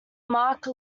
mark